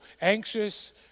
anxious